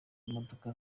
imodoka